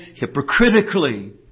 hypocritically